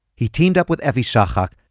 he teamed up with efi shahak,